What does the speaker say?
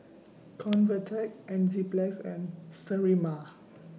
Convatec Enzyplex and Sterimar